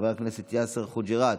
חבר הכנסת יאסר חוג'יראת,